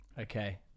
Okay